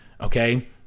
Okay